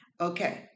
Okay